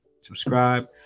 Subscribe